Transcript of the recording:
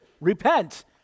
repent